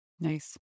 Nice